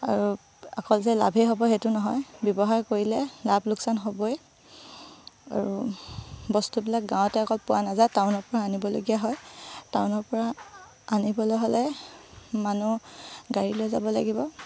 আৰু অকল যে লাভেই হ'ব সেইটো নহয় ব্যৱহাৰ কৰিলে লাভ লোকচান হ'বই আৰু বস্তুবিলাক গাঁৱতে অকল পোৱা নাযায় টাউনৰপৰা আনিবলগীয়া হয় টাউনৰপৰা আনিবলৈ হ'লে মানুহ গাড়ী লৈ যাব লাগিব